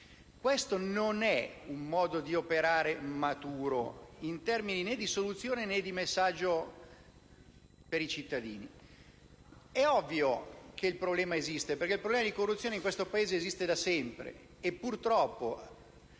Questo non è un modo di operare maturo in termini né di soluzione, né di messaggio per i cittadini. È ovvio che il problema esiste, perché il problema di corruzione esiste da sempre in questo